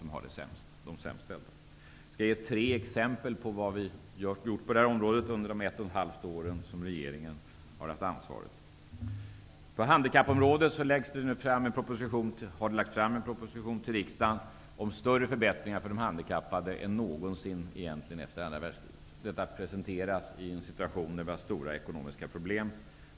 Jag skall ge tre exempel på vad vi har gjort på det här området under de ett och ett halvt åren som den borgerliga regeringen har haft ansvaret. På handikappområdet har det lagts fram en proposition till riksdagen om större förbättringar för de handikappade än någonsin efter andra världskriget. Detta presenteras i en situation då vi har stora ekonomiska problem.